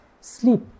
sleep